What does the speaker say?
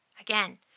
Again